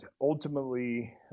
ultimately